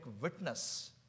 witness